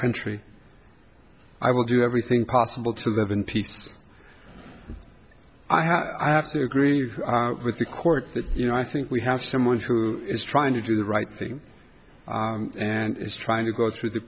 country i will do everything possible to live in peace i have to agree with the court that you know i think we have someone who is trying to do the right thing and is trying to go through the